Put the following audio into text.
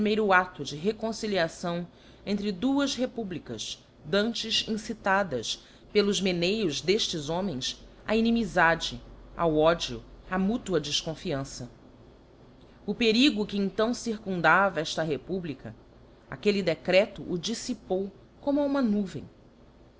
o primeiro ado de reconciliação entre duas republicas dantes incitadas pelos meneios d'eftes homens á inimifade ao ódio á mutua defconfiança o perigo que então circundava efta republica aquelle decreto o diífipou como a uma nuvem